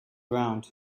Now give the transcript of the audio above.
ground